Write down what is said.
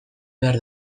behar